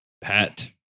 Pat